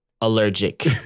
allergic